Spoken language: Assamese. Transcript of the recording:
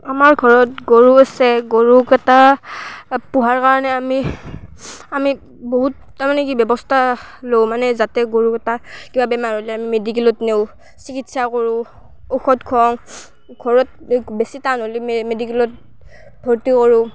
আমাৰ ঘৰত গৰু আছে গৰুকেইটা পোহাৰ কাৰণে আমি আমি বহুত তাৰমানে কি ব্যৱস্থা লওঁ মানে যাতে গৰুকেইটা কিবা বেমাৰ হ'লে আমি মেডিকেলত নিওঁ চিকিৎসা কৰোঁ ঔষধ খুৱাওঁ ঘৰত বেছি টান হ'লে মেডিকেলত ভৰ্তি কৰোঁ